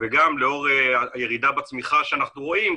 וגם לאור הירידה בצמיחה שאנחנו רואים,